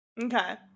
Okay